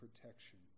protection